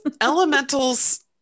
elementals